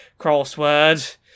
crossword